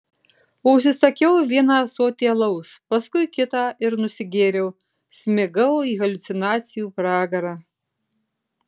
užsisakiau vieną ąsotį alaus paskui kitą ir nusigėriau smigau į haliucinacijų pragarą